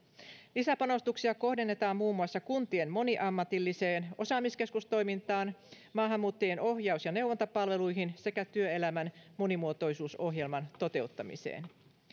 lisäpanostuksia kohdennetaan muun muassa kuntien moniammatilliseen osaamiskeskustoimintaan maahanmuuttajien ohjaus ja neuvontapalveluihin sekä työelämän monimuotoisuusohjelman toteuttamiseen